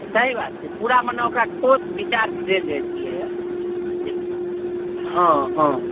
सही बात छै पूरा मने ओकरा ठोस विचार देल जाइ छलैया हॅं हॅं